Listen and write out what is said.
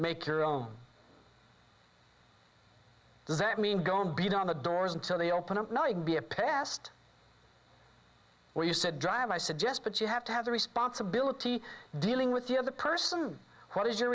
make your own does that mean gone be done the doors until they open up now it be a past where you said dr i suggest but you have to have the responsibility dealing with the other person what is your